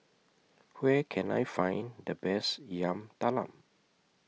Where Can I Find The Best Yam Talam